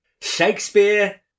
Shakespeare